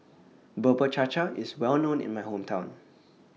Bubur Cha Cha IS Well known in My Hometown